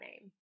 name